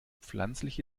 pflanzliche